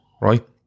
right